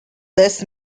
this